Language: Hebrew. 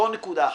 זו נקודה אחת.